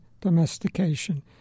domestication